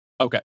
Okay